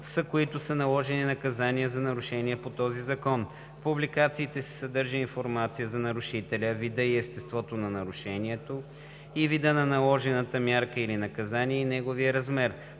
с които са наложени наказания за нарушения на този закон. В публикациите се съдържа информация за нарушителя, вида и естеството на нарушението и вида на наложената мярка или наказание и неговия размер.